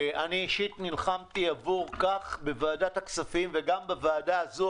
אני אישית נלחמתי עבור כך בוועדת הכספים וגם בוועדה הזו,